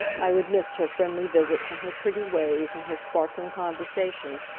i would miss her friendly visits, and her pretty ways, and her sparkling conversation.